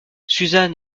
susan